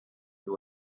who